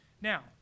Now